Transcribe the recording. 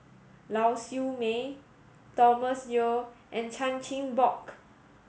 Lau Siew Mei Thomas Yeo and Chan Chin Bock